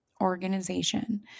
organization